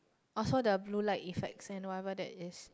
or so the blue light effects and whatever that is